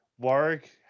Warwick